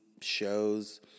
shows